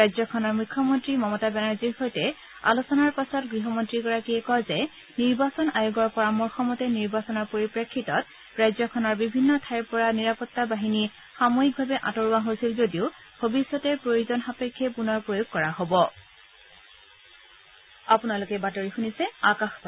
ৰাজ্যখনৰ মুখ্যমন্ত্ৰী মমতা বেনাৰ্জীৰ সৈতে আলোচনাৰ পাছত গৃহমন্ত্ৰীগৰাকীয়ে কয় যে নিৰ্বাচন আয়োগৰ পৰামৰ্শ মৰ্মে নিৰ্বাচনৰ পৰিপ্ৰেক্ষিতত ৰাজ্যখনৰ বিভিন্ন ঠাইৰ পৰা নিৰাপতা বাহিনী সাময়িকভাৱে আতঁৰোৱা হৈছিল যদিও ভৱিষ্যতে প্ৰয়োজন সাপেক্ষে পূনৰ প্ৰয়োগ কৰা হ'ব